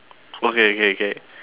okay K K